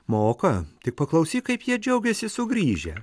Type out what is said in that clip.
moka tik paklausyk kaip jie džiaugiasi sugrįžę